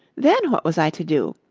then what was i to do?